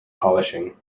polishing